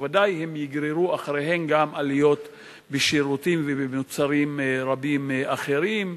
שבוודאי יגררו אחריהן גם עליות במחירי שירותים ומוצרים רבים אחרים.